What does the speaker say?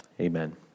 amen